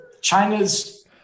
China's